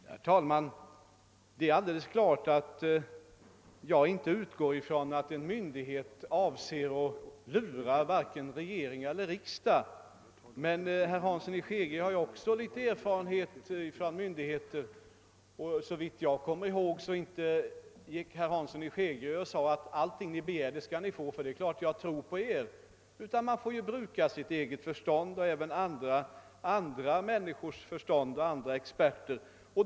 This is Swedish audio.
Herr talman! Det är alldeles klart att jag inte utgår ifrån att en myndighet avser att lura vare sig regering eller riksdag. Men herr Hansson i Skegrie har ju också litet erfarenhet från myndigheter, och såvitt jag kommer ihåg sade inte herr Hansson i Skegrie: Allt ni begär skall ni få, ty det är klart att jag tror på er. Man får ju bruka sitt eget förstånd och även andra människors och experters förstånd.